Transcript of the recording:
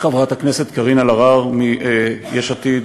חברת הכנסת קארין אלהרר מיש עתיד,